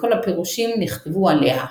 וכל הפירושים נכתבו עליה.